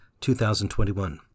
2021